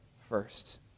first